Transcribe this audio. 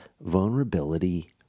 vulnerability